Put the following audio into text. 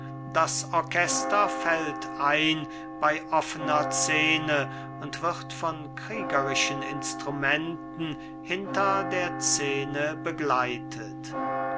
das orchester fällt ein bei offener szene und wird von kriegerischen instrumenten hinter der szene begleitet